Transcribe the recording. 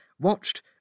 watched